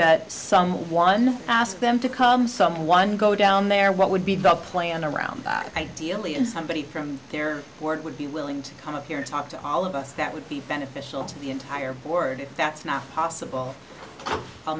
that someone asked them to come someone go down there what would be the plan around i do only in somebody from their word would be willing to come up here and talk to all of us that would be beneficial to the entire board that's not possible